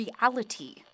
reality